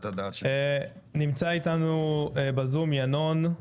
בזום נמצא אתנו ינון גוטגליק,